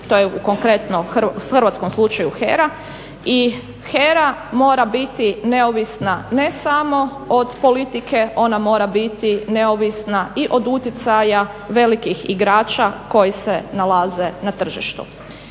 to je konkretno u hrvatskom slučaju HERA i HERA mora biti neovisna ne samo od politike, ona mora biti neovisna i od utjecaja od velikih igrača koji se nalaze na tržištu